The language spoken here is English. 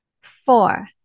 four